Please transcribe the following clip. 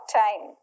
time